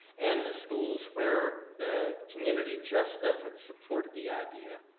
and the schools where the community just doesn't support the idea,